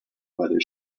whether